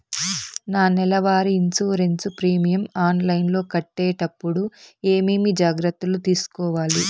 నా నెల వారి ఇన్సూరెన్సు ప్రీమియం ఆన్లైన్లో కట్టేటప్పుడు ఏమేమి జాగ్రత్త లు తీసుకోవాలి?